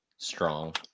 strong